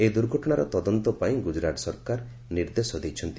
ଏହି ଦୁର୍ଘଟଣାର ତଦନ୍ତ ପାଇଁ ଗୁଜରାଟ ସରକାର ନିର୍ଦ୍ଦେଶ ଦେଇଛନ୍ତି